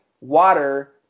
water